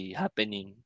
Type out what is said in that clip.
happening